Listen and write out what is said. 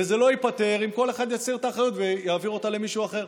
וזה לא ייפתר אם כל אחד יסיר את האחריות ויעביר אותה למישהו אחר.